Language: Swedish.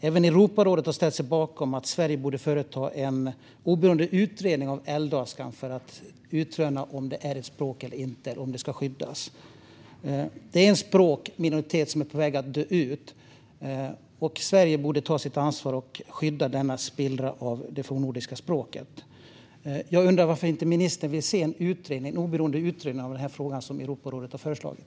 Även Europarådet har ställt sig bakom att Sverige borde företa en oberoende utredning av älvdalskan för att utröna om den är ett språk eller inte och om den ska skyddas. Detta är en språkminoritet som är på väg att dö ut. Sverige borde ta sitt ansvar och skydda denna spillra av det fornnordiska språket. Jag undrar varför ministern inte vill se en oberoende utredning av den här frågan, som Europarådet har föreslagit.